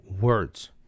words